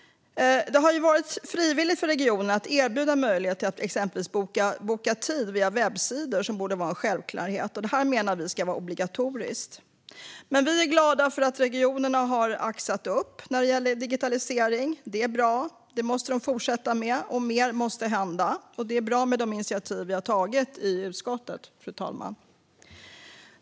Det har varit frivilligt för regionerna att erbjuda möjlighet att exempelvis boka tid via webbsidor, vilket borde vara en självklarhet. Vi menar att det ska vara obligatoriskt. Vi är glada för att regionerna har växlat upp när det gäller digitalisering. Det är bra - det måste de fortsätta med - men mer måste hända. Det är bra med de initiativ vi har tagit i utskottet, fru talman.